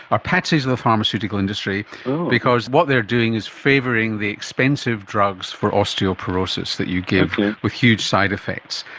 are patsies of the pharmaceutical industry because what they are doing is favouring the expensive drugs for osteoporosis that you give with with huge side-effects,